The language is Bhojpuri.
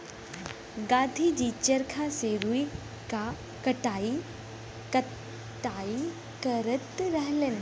गाँधी जी चरखा से रुई क कटाई करत रहलन